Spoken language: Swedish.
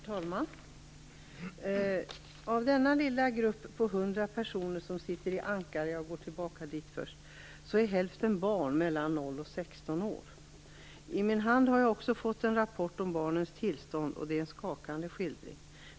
Herr talman! Jag går först tillbaka till Ankara. Av denna lilla grupp på 100 personer som sitter där är hälften barn mellan 0 och 16 år. I min hand har jag en rapport om barnens tillstånd, och det är en skakande skildring.